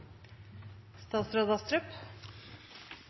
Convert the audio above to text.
statsråd